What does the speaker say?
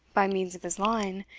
by means of his line,